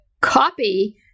copy